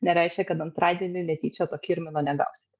nereiškia kad antradienį netyčia to kirmino negausit